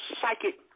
psychic